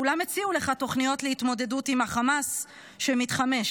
כולם הציעו לך תוכניות להתמודדות עם החמאס המתחמש,